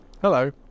Hello